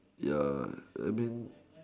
ya I mean